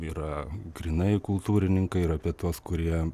yra grynai kultūrininkai ir apie tuos kurie